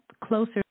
closer